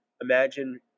imagine